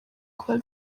kuba